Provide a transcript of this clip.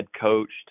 coached